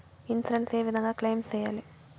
Insurance ఏ విధంగా claim సేయాలి?